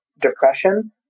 depression